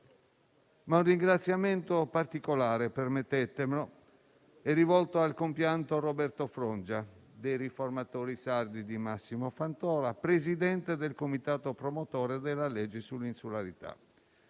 Un ringraziamento particolare - permettetemelo - è rivolto al compianto Roberto Frongia dei Riformatori sardi di Massimo Fantola, presidente del comitato promotore della legge sull'insularità.